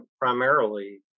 primarily